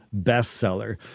bestseller